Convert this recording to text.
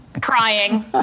Crying